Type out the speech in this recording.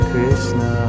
Krishna